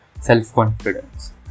self-confidence